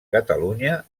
catalunya